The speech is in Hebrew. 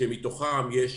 שבהם יש